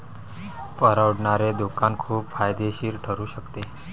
परवडणारे दुकान खूप फायदेशीर ठरू शकते